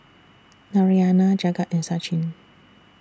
Narayana Jagat and Sachin